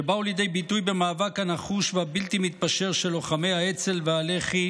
שבאו לידי ביטוי במאבק הנחוש והבלתי-מתפשר של לוחמי האצ"ל והלח"י